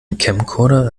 camcorder